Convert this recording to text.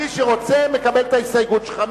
מי שרוצה מקבל את ההסתייגות שלך.